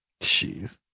Jeez